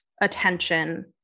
attention